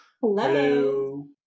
Hello